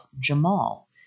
Jamal